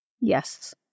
Yes